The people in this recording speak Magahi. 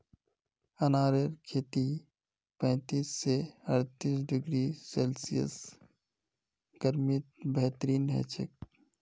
अनारेर खेती पैंतीस स अर्तीस डिग्री सेल्सियस गर्मीत बेहतरीन हछेक